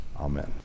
Amen